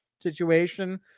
situation